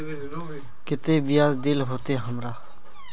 केते बियाज देल होते हमरा?